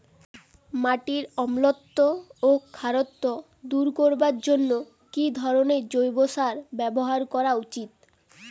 মাটির অম্লত্ব ও খারত্ব দূর করবার জন্য কি ধরণের জৈব সার ব্যাবহার করা উচিৎ?